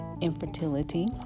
infertility